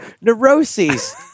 neuroses